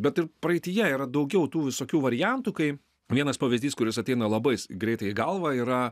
bet ir praeityje yra daugiau tų visokių variantų kai vienas pavyzdys kuris ateina labais greitai į galvą yra